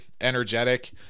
Energetic